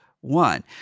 one